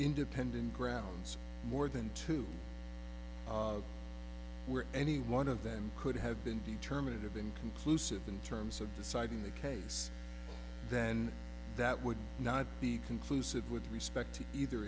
independent grounds more than to any one of them could have been deemed terminated been conclusive in terms of deciding the case then that would not be conclusive with respect to either